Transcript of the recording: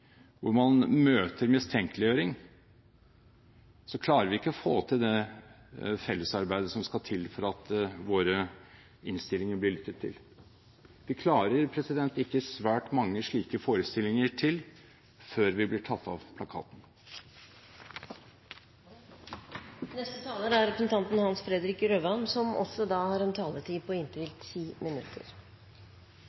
hvor man møter mistenkeliggjøring, klarer vi ikke å få til det fellesarbeidet som skal til for at våre innstillinger blir lyttet til. Vi klarer ikke svært mange slike forestillinger til før vi blir tatt av plakaten. Jeg skal være kort. Jeg har lyst til å starte med at også jeg har den dypeste respekt for representanten Kolberg som